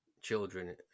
children